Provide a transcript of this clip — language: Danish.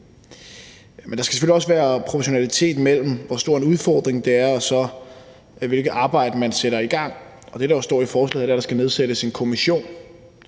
Men der skal selvfølgelig også være proportionalitet mellem, hvor stor en udfordring det er, og hvilket arbejde man så sætter i gang. Og det, der jo står i forslaget, er, at der skal nedsættes en kommission.